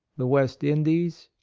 the west indies,